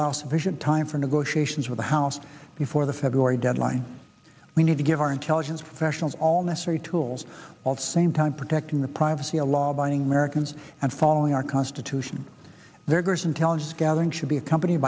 allow sufficient time for negotiations with the house before the february deadline we need to give our intelligence professionals all necessary tools of same time protecting the privacy of law abiding americans and following our constitution their gross intelligence gathering should be accompanied